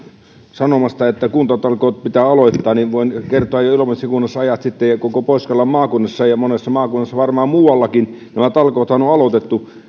sanomasta että kuntatalkoot pitää aloittaa voin kertoa että ilomantsin kunnassahan jo ajat sitten ja koko pohjois karjalan maakunnassa ja varmaan monessa maakunnassa muuallakin nämä talkoot on on aloitettu